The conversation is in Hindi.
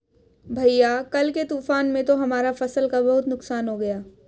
भैया कल के तूफान में तो हमारा फसल का बहुत नुकसान हो गया